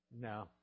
No